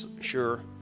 sure